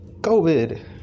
covid